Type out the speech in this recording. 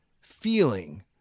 feeling